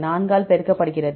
4 ஆல் பெருக்கப்படுகிறது